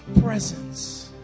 presence